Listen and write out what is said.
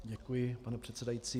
Děkuji, pane předsedající.